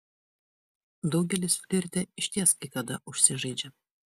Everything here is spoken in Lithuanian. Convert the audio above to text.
daugelis flirte išties kai kada užsižaidžia